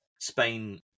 Spain